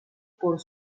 por